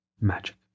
Magic